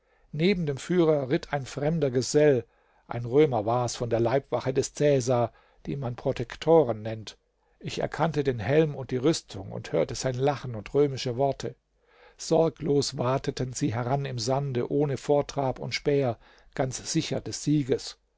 neben dem führer ritt ein fremder gesell ein römer war's von der leibwache des cäsar die man protektoren nennt ich erkannte den helm und die rüstung und hörte sein lachen und römische worte sorglos wateten sie heran im sande ohne vortrab und späher ganz sicher des sieges